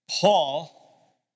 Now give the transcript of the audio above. Paul